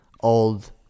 old